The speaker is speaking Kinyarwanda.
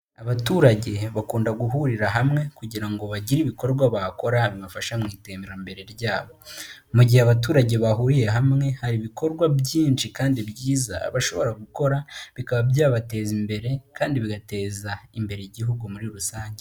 Abaturage bakunda guhurira hamwe, kugira ngo bagire ibikorwa bakora bibafasha mu iterambere ryabo. Mu gihe abaturage bahuriye hamwe, hari ibikorwa byinshi kandi byiza bashobora gukora, bikaba byabateza imbere, kandi bigateza imbere igihugu muri rusange.